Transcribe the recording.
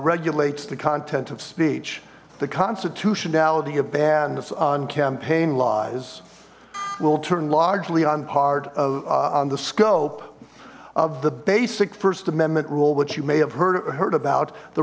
regulates the content of speech the constitutionality of bans on campaign lies will turn largely on part of on the scope of the basic first amendment rule which you may have heard it heard about the